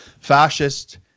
fascist